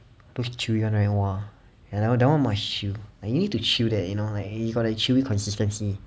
those chewy [one] right !wah! ya lah that one must chew like you need to chew that you know like it got the chewy consistency